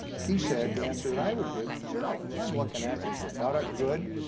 he said the answer that i would give zero. i'm looking at is the product good,